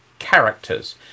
characters